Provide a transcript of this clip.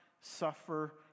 suffer